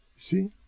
see